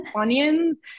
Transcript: onions